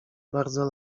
bardzo